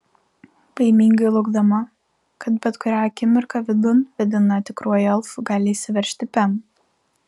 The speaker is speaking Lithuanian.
baimingai laukdama kad bet kurią akimirką vidun vedina tikruoju elfu gali įsiveržti pem